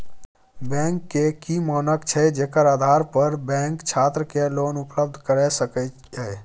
Bank के की मानक छै जेकर आधार पर बैंक छात्र के लोन उपलब्ध करय सके ये?